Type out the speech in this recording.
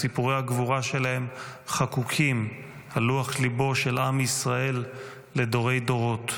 סיפורי הגבורה שלהם חקוקים על לוח ליבו של עם ישראל לדורי דורות.